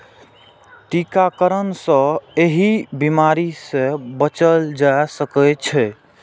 टीकाकरण सं एहि बीमारी सं बचल जा सकै छै